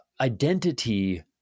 identity